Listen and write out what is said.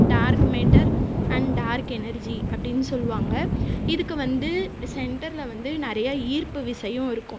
dark matter and dark energy அப்படின்னு சொல்லுவாங்க இதுக்கு வந்து சென்டரில் வந்து நிறைய ஈர்ப்பு விசையும் இருக்கும்